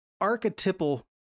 archetypal